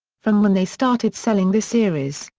from when they started selling this series,